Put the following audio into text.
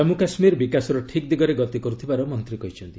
ଜାମ୍ମୁ କାଶ୍ମୀର ବିକାଶର ଠିକ୍ ଦିଗରେ ଗତ କରୁଥିବାର ମନ୍ତ୍ରୀ କହିଛନ୍ତି